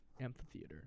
Amphitheater